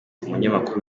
umunyamakuru